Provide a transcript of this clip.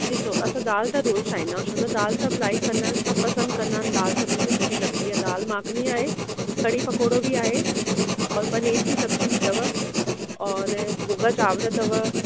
ॾिसो असां दालि त रोज़ु ठाहींदा आहियूं छो त दालि त सभु लाइक कंदा आहिनि सभु पसंदि कंदा अहिनि दालि सभिनी खे सुठी लॻंदी आहे दालि मखनी आहे कढ़ी पकौड़ो बि आहे और पनीर जी सब़्जी बि अथव और भुॻा चांवरु अथव